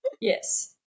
Yes